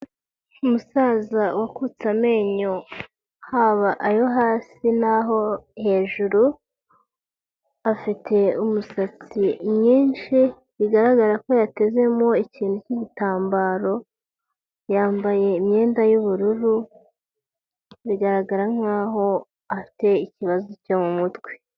Umusaza wakutse amenyo haba ayo hasi n'aho hejuru, afite umusatsi mwinshi bigaragara ko yatezemo ikintu cy'igitambaro, yambaye imyenda y'ubururu, bigaragara nk'aho afite ikibazo cyo mu mutwe.